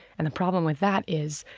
and the problem with that is,